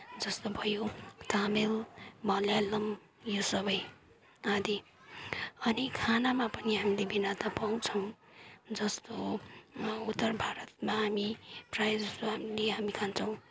जस्तो भयो तमिल मलायालम यो सबै आदि अनि खानामा पनि हामीले भिन्नता पाउँछौँ जस्तो उत्तर भारतमा हामी प्रायः जस्तो हामीले हामी खान्छौँ